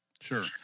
Sure